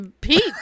Pete